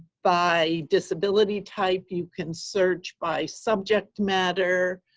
by disability type. you can search by subject matter.